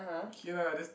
okay lah just